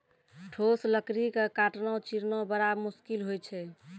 ठोस लकड़ी क काटना, चीरना बड़ा मुसकिल होय छै